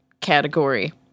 category